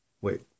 Wait